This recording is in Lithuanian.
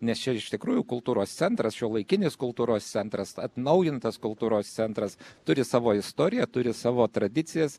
nes čia iš tikrųjų kultūros centras šiuolaikinės kultūros centras atnaujintas kultūros centras turi savo istoriją turi savo tradicijas